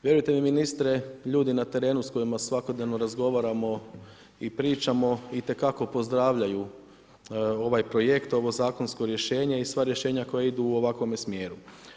Vjerujte mi ministre, ljudi na terenu s kojima svakodnevno razgovaramo i pričamo itekako pozdravljaju ovaj projekt, ovo zakonsko rješenje i sva rješenja koja idu u ovakvome smjeru.